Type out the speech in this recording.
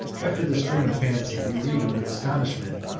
after this dream of fancy, we read with astonishment,